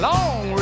Long